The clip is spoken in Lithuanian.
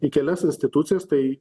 į kelias institucijas tai